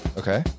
okay